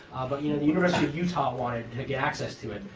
but you know the university of utah wanted to get access to it.